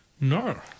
No